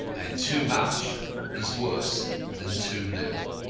and too much is worse than too little.